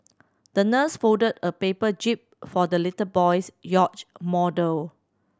the nurse folded a paper jib for the little boy's yacht model